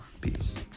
peace